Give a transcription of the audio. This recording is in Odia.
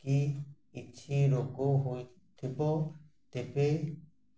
କି କିଛି ରୋଗ ହୋଇଥିବ ତେବେ